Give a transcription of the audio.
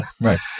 right